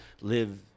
live